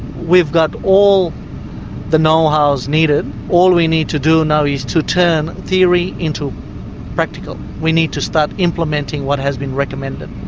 we've got all the know-how needed all we need to do now is to turn theory into practical. we need to start implementing what has been recommended.